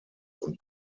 und